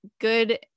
good